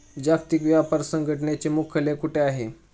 जागतिक व्यापार संघटनेचे मुख्यालय कुठे आहे?